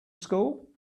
school